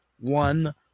one